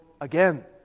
again